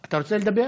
אתה רוצה לדבר?